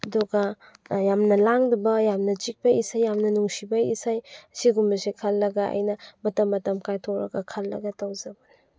ꯑꯗꯨꯒ ꯌꯥꯝꯅ ꯂꯥꯡꯗꯕ ꯌꯥꯝꯅ ꯆꯤꯛꯄ ꯏꯁꯩ ꯌꯥꯝꯅ ꯅꯨꯡꯁꯤꯕ ꯏꯁꯩ ꯁꯤꯒꯨꯝꯕꯁꯦ ꯈꯜꯂꯒ ꯑꯩꯅ ꯃꯇꯝ ꯃꯇꯝ ꯀꯥꯏꯊꯣꯛꯂꯒ ꯈꯜꯂꯒ ꯇꯧꯖꯕꯅꯤ